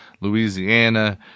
louisiana